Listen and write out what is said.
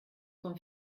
vom